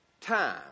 time